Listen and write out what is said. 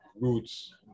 roots